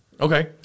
Okay